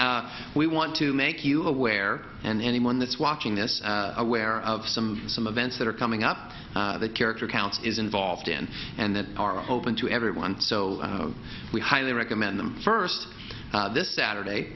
say we want to make you aware and anyone that's watching this aware of some of some of vents that are coming up that character counts is involved in and that are open to everyone so we highly recommend them first this saturday